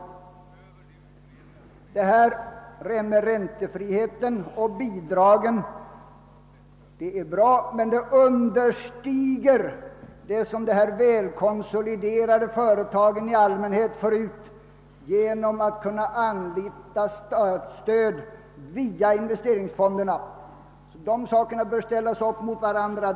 Detta med räntefriheten och bidragen är bra, men det understiger det som de välkonsoliderade företagen i allmänhet får ut genom att kunna anlita statsstöd via investeringsfonderna. Dessa ting bör alltså ställas mot varandra.